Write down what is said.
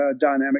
dynamic